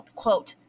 quote